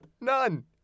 none